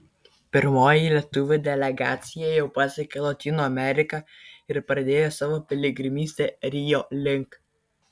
pirmoji lietuvių delegacija jau pasiekė lotynų ameriką ir pradėjo savo piligrimystę rio link